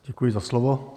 Děkuji za slovo.